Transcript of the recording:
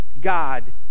God